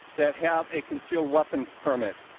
that have a concealed weapons permit.